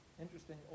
Interesting